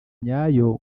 nyayo